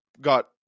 got